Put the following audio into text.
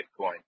Bitcoin